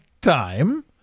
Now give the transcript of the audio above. time